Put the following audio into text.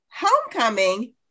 homecoming